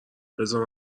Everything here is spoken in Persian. بزار